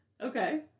Okay